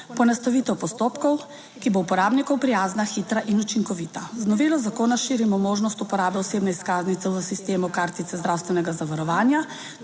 poenostavitev postopkov, ki bo uporabnikom prijazna, hitra in učinkovita. Z novelo zakona širimo možnost uporabe osebne izkaznice v sistemu kartice zdravstvenega zavarovanja